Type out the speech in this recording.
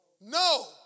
No